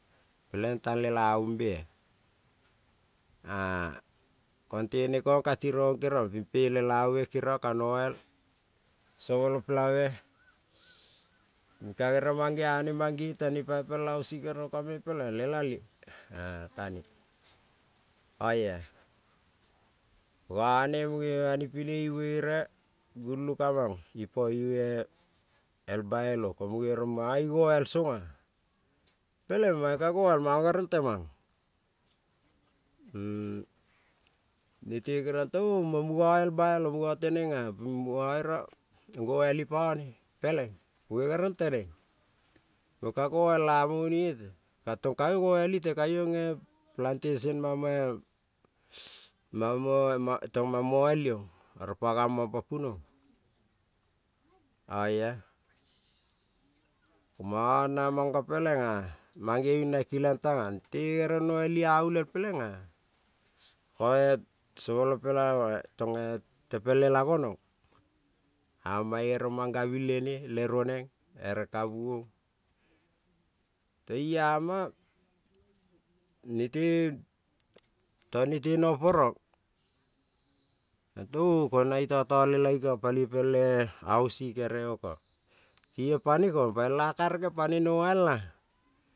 Pelen tan lelabu bea kon te nekon kan ron keriana pelelabu me kerion pina noal soboio pe labe mange ane mange ten ne pai pel ausik pelen lela le ka ne. Oia none mune bani pine ibuere gulun ka mang ipo el bailu, ko mune ron manoi ni no al songa peleng mono ka noal mono gerel temang nete kerion sona to muna tenen a el bailo pa erio noal ipon mune gerel tenen ko ka noal a moni ete pa to ka gerel noal ite tesen mon mo al von oro pa gamon pa punuon, oia komo ngo naman ipo pelena mange bin na kelion tana ere no al ia olial pelena sopela le tepel lela gonon amon mang gabin lene le ruonen ere kabuon te i ama ko nete no poron oko na to tong lela iko ko paloi pel ausik me e oko, nekon pa el a karege a tone pane ka noalea.